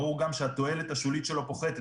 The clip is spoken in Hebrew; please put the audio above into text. ברור גם שהתועלת השולית שלו פוחתת.